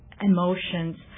emotions